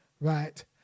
right